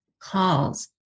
calls